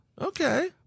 Okay